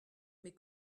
mes